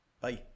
bye